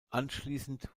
anschließend